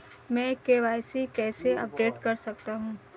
मैं के.वाई.सी कैसे अपडेट कर सकता हूं?